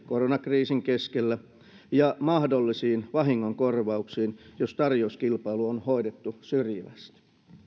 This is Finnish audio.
koronakriisin keskellä varaa siihen ja mahdollisiin vahingonkorvauksiin jos tarjouskilpailu on hoidettu syrjivästi